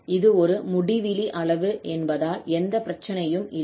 இது ஒரு முடிவிலி அளவு என்பதால் எந்த பிரச்சனையும் இல்லை